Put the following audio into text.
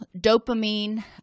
dopamine